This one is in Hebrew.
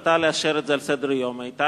ההחלטה להשאיר את זה על סדר-היום היתה